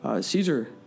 Caesar